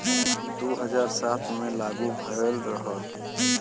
दू हज़ार सात मे लागू भएल रहल